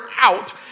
out